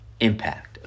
impact